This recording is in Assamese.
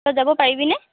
তই যাব পাৰিবিনে